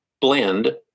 blend